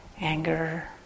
anger